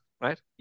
right